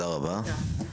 תודה רבה.